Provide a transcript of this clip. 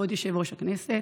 כבוד יושב-ראש הכנסת.